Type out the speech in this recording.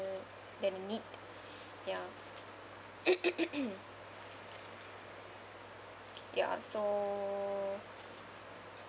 than a need ya ya so